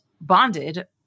bonded